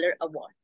Award